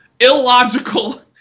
illogical